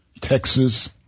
Texas